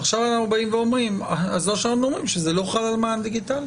אז או שאנחנו אומרים שזה לא חל על מען דיגיטלי